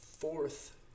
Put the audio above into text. Fourth